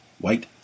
white